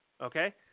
okay